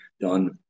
done